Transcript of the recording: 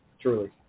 truly